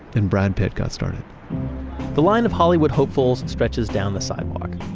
and brad pitt got started the line of hollywood hopefuls and stretches down the sidewalk.